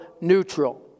neutral